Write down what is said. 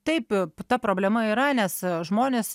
taip ta problema yra nes žmonės